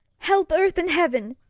help, earth and heaven!